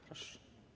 Proszę.